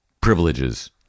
privileges